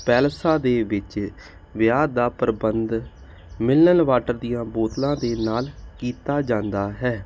ਪੈਲਸਾਂ ਦੇ ਵਿੱਚ ਵਿਆਹ ਦਾ ਪ੍ਰਬੰਧ ਮਿਲਨ ਵਾਟਰ ਦੀਆਂ ਬੋਤਲਾਂ ਦੇ ਨਾਲ ਕੀਤਾ ਜਾਂਦਾ ਹੈ